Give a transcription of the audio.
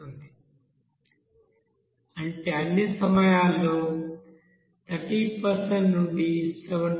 అంటే అన్ని సమయాల్లో 30 మరియు 70